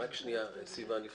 סיון,